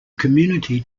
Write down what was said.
community